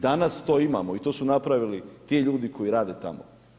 Danas to imamo i to su napravili ti ljudi koji rade tamo.